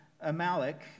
Amalek